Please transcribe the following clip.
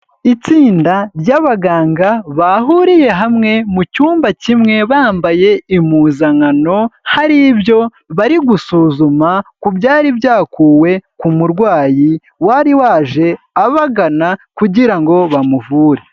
Itsinda ry'abaganga bahuriye hamwe mu cyumba kimwe bambaye impuzankano, hari ibyo bari gusuzuma ku byari byakuwe ku murwayi wari waje abagana kugira ngo bamuvure.